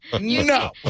No